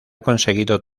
conseguido